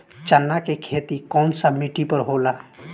चन्ना के खेती कौन सा मिट्टी पर होला?